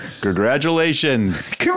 Congratulations